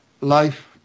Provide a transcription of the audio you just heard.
life